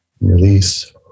release